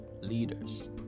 leaders